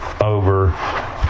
over